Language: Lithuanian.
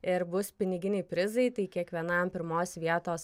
ir bus piniginiai prizai tai kiekvienam pirmos vietos